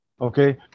okay